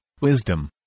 wisdom